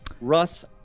Russ